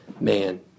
man